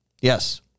Yes